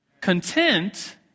content